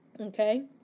Okay